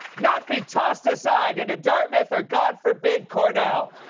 not be tossed aside into dartmouth or, god forbid, cornell.